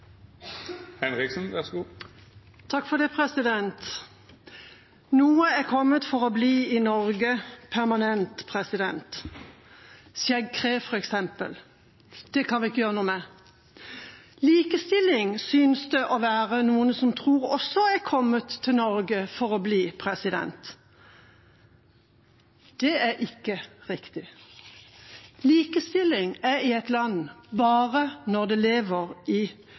kommet for å bli i Norge permanent – skjeggkre, f.eks. Det kan vi ikke gjøre noe med. Likestilling synes det også å være noen som tror er kommet til Norge for å bli. Det er ikke riktig. Det er likestilling i et land bare når den lever i